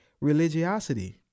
religiosity